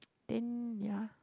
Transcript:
then ya